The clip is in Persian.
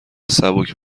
سبک